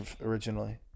originally